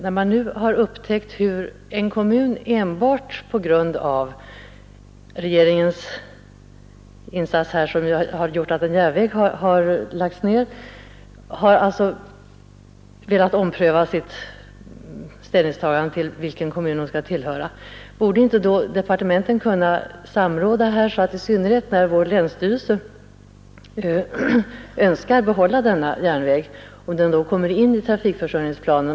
När man nu har upptäckt att en kommun enbart på grund av regeringens åtgärd att lägga ned en järnväg vill ompröva sitt ställningstagande till frågan om vilket kommunblock den skall tillhöra, borde då inte departementen samråda? Vår länsstyrelse säger sig önska behålla järnvägen och vilja att den skall komma med i trafikförsörjningsplanen.